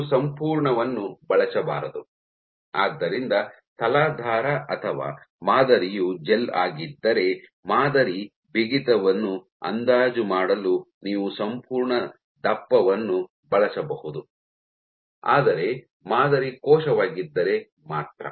ನೀವು ಸಂಪೂರ್ಣವನ್ನು ಬಳಸಬಾರದು ಆದ್ದರಿಂದ ತಲಾಧಾರ ಅಥವಾ ಮಾದರಿಯು ಜೆಲ್ ಆಗಿದ್ದರೆ ಮಾದರಿ ಬಿಗಿತವನ್ನು ಅಂದಾಜು ಮಾಡಲು ನೀವು ಸಂಪೂರ್ಣ ದಪ್ಪವನ್ನು ಬಳಸಬಹುದು ಆದರೆ ಮಾದರಿ ಕೋಶವಾಗಿದ್ದರೆ ಮಾತ್ರ